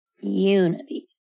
unity